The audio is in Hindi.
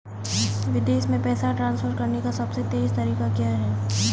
विदेश में पैसा ट्रांसफर करने का सबसे तेज़ तरीका क्या है?